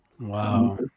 Wow